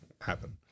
happen